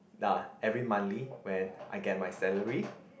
uh every monthly when I get my salary